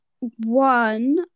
one